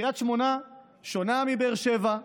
קריית שמונה שונה מבאר שבע,